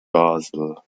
basel